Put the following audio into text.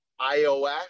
iOS